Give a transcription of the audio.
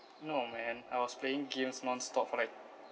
no man I was playing games nonstop for like